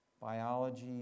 biology